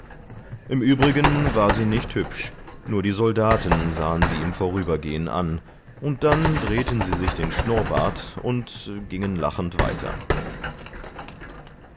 im übrigen war sie nicht hübsch nur die soldaten sahen sie im vorübergehen an und dann drehten sie sich den schnurrbart und gingen lachend weiter